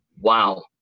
wow